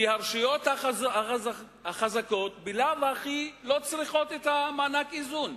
כי הרשויות החזקות בלאו הכי לא צריכות את מענק האיזון.